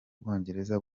bwongereza